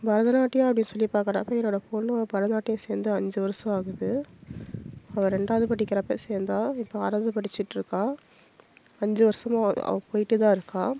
பரதநாட்டியம் அப்படின்னு சொல்லி பாக்கிறப்ப என்னோட பொண்ணு பரதநாட்டியம் சேர்ந்து அஞ்சு வருசம் ஆகுது அவள் ரெண்டாவது படிக்கிறப்போ சேர்ந்தா இப்போ ஆறாவது படிச்சிட்டுருக்கா அஞ்சு வருசமாக அவள் போய்ட்டுதான் இருக்காள்